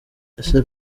ese